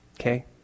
okay